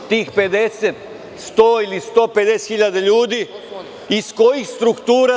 Tih 50.000, 100.000 ili 150.000 ljudi iz kojih su struktura?